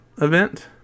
event